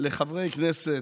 לחברי כנסת,